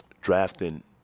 drafting